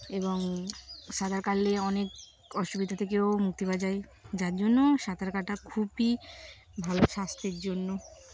এবং সাঁতার কাটলে অনেক অসুবিধা থেকেও মুক্তি পাওয়া যায় যার জন্য সাঁতার কাটা খুবই ভালো স্বাস্থ্যের জন্য